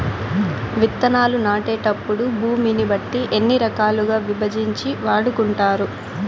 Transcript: విత్తనాలు నాటేటప్పుడు భూమిని బట్టి ఎన్ని రకాలుగా విభజించి వాడుకుంటారు?